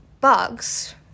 bugs